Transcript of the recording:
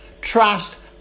trust